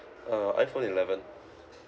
uh iPhone eleven